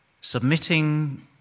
submitting